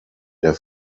der